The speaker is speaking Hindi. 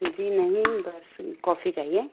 जी नहीं बस कॉफ़ी चाहिए